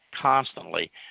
constantly